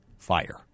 fire